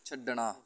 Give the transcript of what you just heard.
ਛੱਡਣਾ